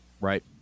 right